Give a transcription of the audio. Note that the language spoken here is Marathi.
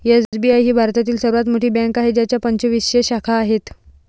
एस.बी.आय ही भारतातील सर्वात मोठी बँक आहे ज्याच्या पंचवीसशे शाखा आहेत